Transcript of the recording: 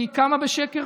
כי היא קמה בשקר,